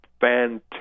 fantastic